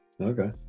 Okay